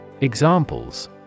Examples